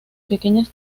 pequeñas